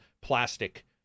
plastic